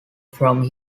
from